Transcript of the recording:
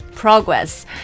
Progress